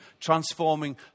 transforming